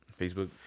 Facebook